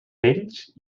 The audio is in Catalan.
pells